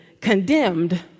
condemned